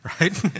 right